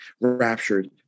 raptured